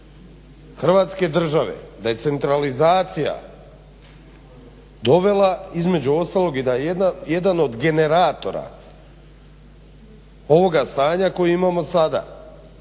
Hrvatske države decentralizacija dovela između ostalog i da je jedan od generatora ovoga stanja koje imamo sada